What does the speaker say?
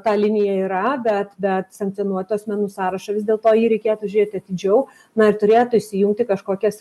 ta linija yra bet bet sankcionuotų asmenų sąrašą vis dėlto jį reikėtų žiūrėti atidžiau na ir turėtų įsijungti kažkokias